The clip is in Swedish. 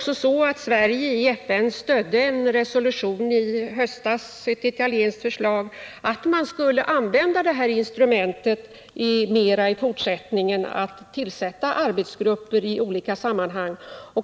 Sverige stödde i höstas i FN ett italienskt förslag till en resolution om att man skulle använda detta instrument mera i fortsättningen -— att tillsätta arbetsgrupper i olika sammanhang.